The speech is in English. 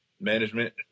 management